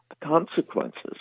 consequences